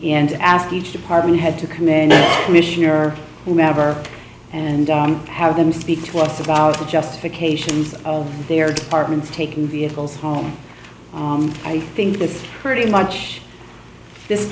and ask each department head to commit commission or whomever and have them speak to us about the justifications of their departments taking vehicles home i think that's pretty much this